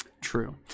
True